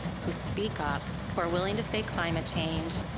who speak up, who are willing to say climate change,